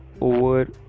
over